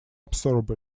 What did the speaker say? absorb